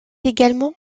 également